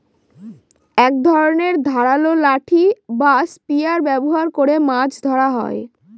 এক ধরনের ধারালো লাঠি বা স্পিয়ার ব্যবহার করে মাছ ধরা হয়